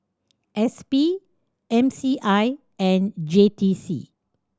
S P M C I and J T C